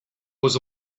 was